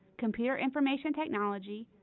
computer information technology,